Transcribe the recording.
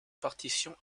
partition